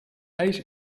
ijs